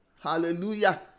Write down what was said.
Hallelujah